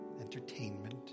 entertainment